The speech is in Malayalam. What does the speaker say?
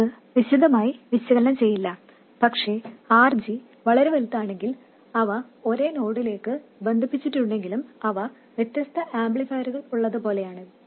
നമ്മൾ അത് വിശദമായി വിശകലനം ചെയ്യില്ല പക്ഷേ RG വളരെ വലുതാണെങ്കിൽ അവ ഒരേ നോഡിലേക്ക് ബന്ധിപ്പിച്ചിട്ടുണ്ടെങ്കിലും അത് വ്യത്യസ്ത ആംപ്ലിഫയറുകൾ ഉള്ളതുപോലെയാണ്